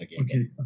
Okay